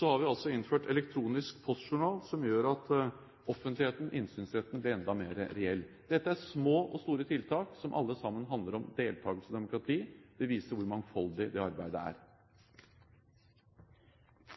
har vi innført elektronisk postjournal, som gjør at offentligheten, innsynsretten, blir enda mer reell. Dette er små og store tiltak som alle sammen handler om deltakelse og demokrati. Det viser hvor mangfoldig det arbeidet er.